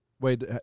Wait